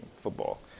Football